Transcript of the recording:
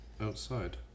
outside